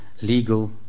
legal